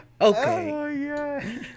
okay